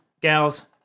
gals